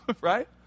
Right